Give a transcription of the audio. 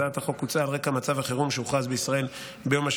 הצעת החוק הוצעה על רקע מצב החירום שהוכרז בישראל ביום 7